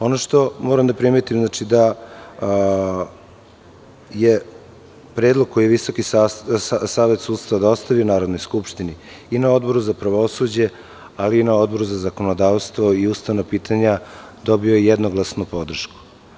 Ono što moram da primetim je da je predlog koji je Visoki savet sudstva dostavio Narodnoj skupštini i na Odboru za pravosuđe, ali i na Odboru za zakonodavstvo i ustavna pitanja, dobio jednoglasnu podršku.